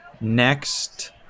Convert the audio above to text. next